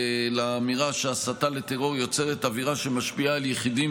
לאמירה שהסתה לטרור יוצרת אווירה שמשפיעה על יחידים